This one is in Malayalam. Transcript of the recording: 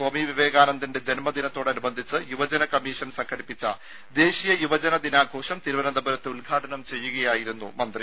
സ്വാമി വിവേകാനന്ദന്റെ ജൻമദിനത്തോട് അനുബന്ധിച്ച് യുവജന കമ്മീഷൻ സംഘടിപ്പിച്ച ദേശീയ യുവജന ദിനാഘോഷം തിരുവനന്തപുരത്ത് ഉദ്ഘാടനം ചെയ്യുകയായിരുന്നു മന്ത്രി